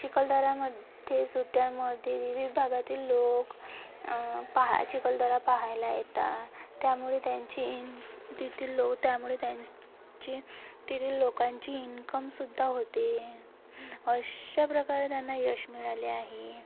चिखलदऱ्यामध्ये सुट्ट्यामध्ये विविध भागातील लोक पहा चिखलदरा पहायला येतात त्यामुळे त्यांची तिथलं लो त्यामुळे त्यांची तिथलं लोकांची इन्कमसुद्धा होते अशा प्रकारे त्यांना यश मिळाले आहे